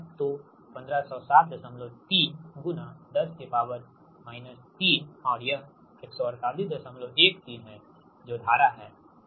तो 15073 10 3 और यह 14813 है जो धारा है ठीक